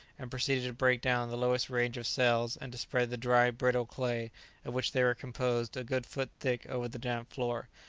and proceeded to break down the lowest range of cells and to spread the dry, brittle clay of which they were composed a good foot thick over the damp floor,